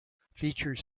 feature